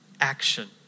action